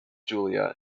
julia